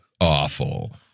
awful